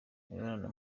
imibonano